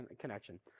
connection